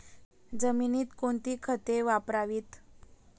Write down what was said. जमिनीत कोणती खते वापरावीत?